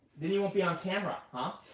then you won't be on camera. ah